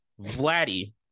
Vladdy